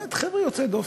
באמת, חבר'ה יוצאי דופן.